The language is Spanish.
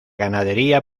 ganadería